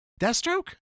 Deathstroke